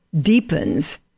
deepens